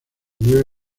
nieve